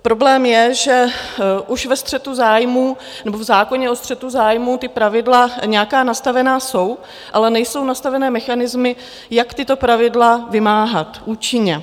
Problém je, že už ve střetu zájmů, nebo v zákoně o střetu zájmů ta pravidla nějaká nastavena jsou, ale nejsou nastaveny mechanismy, jak tato pravidla vymáhat účinně.